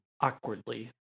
awkwardly